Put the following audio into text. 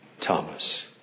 Thomas